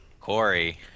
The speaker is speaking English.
Corey